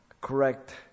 correct